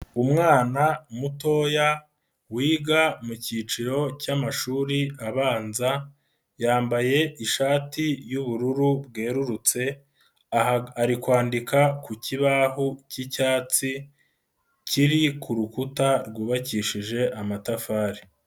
Umwana mutoya wiga mu kiciro cy'amashuri abanza yambaye ishati y'ubururu bwerurutse ari kwandika ku kibaho k'icyatsi kiri kuru rukuta rwubakishije amatafari.